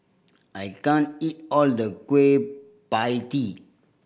I can't eat all the Kueh Pie Tee